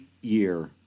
year